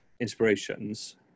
inspirations